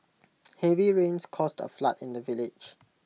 heavy rains caused A flood in the village